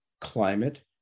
climate